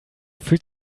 fühlt